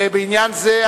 התשס"ח 2008. ובעניין זה,